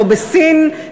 לא בסין,